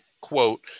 quote